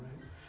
right